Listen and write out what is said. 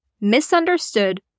misunderstood